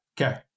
Okay